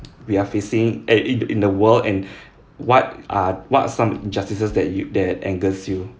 we are facing at it in the world and what are what are some injustices that you that angers you